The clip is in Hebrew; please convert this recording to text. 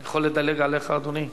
אני יכול לדלג עליך, אדוני?